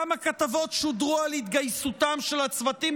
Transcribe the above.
כמה כתבות שודרו על התגייסותם של הצוותים